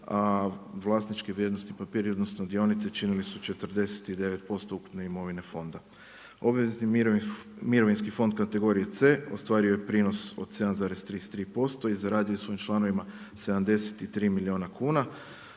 a vlasnički vrijednosni papir odnosno dionice činili su 49% ukupne imovine fonda. Obvezni mirovinski fond kategorije C ostvario je prinos os 7,33% i zaradio svojim članovima 73 milijuna kuna,